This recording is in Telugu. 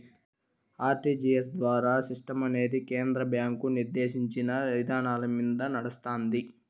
ఆర్టీజీయస్ ద్వారా సిస్టమనేది కేంద్ర బ్యాంకు నిర్దేశించిన ఇదానాలమింద నడస్తాంది